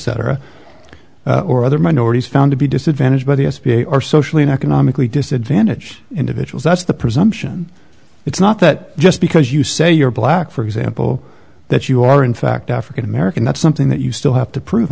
cetera or other minorities found to be disadvantaged by the s b a or socially economically disadvantaged individuals that's the presumption it's not that just because you say you're black for example that you are in fact african american that's something that you still have to prove